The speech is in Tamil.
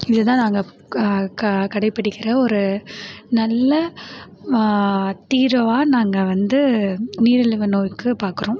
இதுதான் நாங்கள் கடைப்பிடிக்கிற ஒரு நல்ல தீர்வாக நாங்கள் வந்து நீரிழிவு நோய்க்கு பார்க்குறோம்